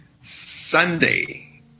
Sunday